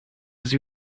was